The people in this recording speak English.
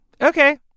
Okay